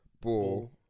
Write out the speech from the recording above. Ball